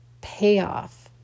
payoff